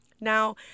Now